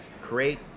create